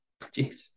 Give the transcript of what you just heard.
Jeez